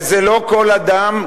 ולא כל אדם,